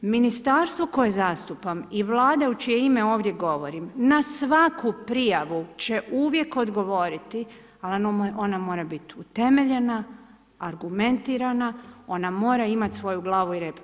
Ministarstvo koje zastupan i vlade u čije ime ovdje govorim, na svaku prijavu će uvijek odgovoriti, ona mora biti utemeljena, argumentirana, ona mora imati svoju glavu i rep.